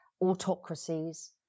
Autocracies